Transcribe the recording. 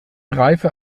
reife